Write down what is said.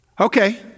Okay